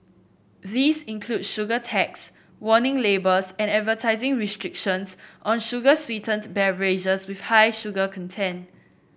these include sugar tax warning labels and advertising restrictions on sugar sweetened beverages with high sugar content